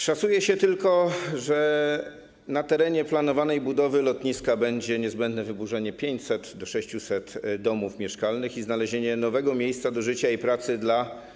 Szacuje się, że tylko na terenie planowanej budowy lotniska będzie niezbędne wyburzenie 500-600 domów mieszkalnych i znalezienie nowego miejsca do życia i pracy dla.